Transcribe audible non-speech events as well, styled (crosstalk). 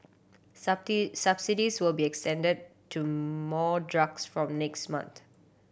(unintelligible) subsidies will be extended to more drugs from next month